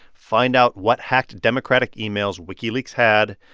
find out what hacked democratic emails wikileaks had,